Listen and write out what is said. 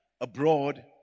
abroad